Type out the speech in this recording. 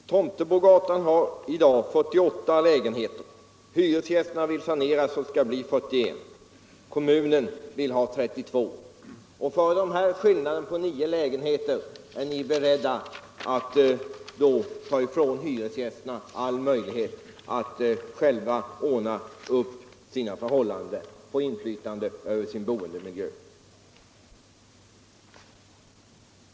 Herr talman! Låt mig säga till herr Bergman: Fastigheten på Tomtebogatan har i dag 48 lägenheter. Hyresgästerna vill sanera så att det blir 41. Kommunen vill ha 32. För denna skillnad på 9 lägenheter är ni beredda att ta ifrån hyresgästerna alla möjligheter att själva ordna sina förhållanden och ha inflytande över sin boendemiljö.